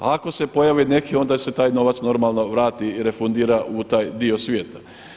A ako se pojavi neki onda se taj novac normalno vrati, refundira u taj dio svijeta.